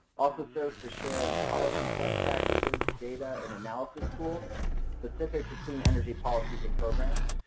also serves to share policy best practices, data, and analysis tools specific to clean energy policies and programs.